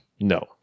No